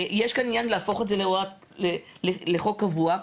יש כאן עניין להפוך את זה לחוק קבוע,